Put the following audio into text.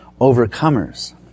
overcomers